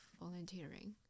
volunteering